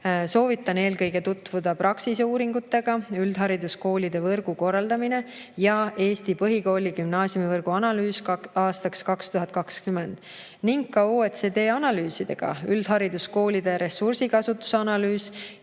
Soovitan eelkõige tutvuda Praxise uuringutega "Üldhariduskoolide võrgu korraldamine" ning "Eesti põhikooli- ja gümnaasiumivõrgu analüüs aastaks 2020", samuti OECD analüüsidega "Üldhariduskoolide ressursikasutuse analüüs"